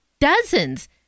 dozens